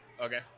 Okay